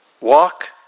walk